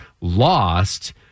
lost